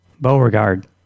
Beauregard